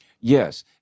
Yes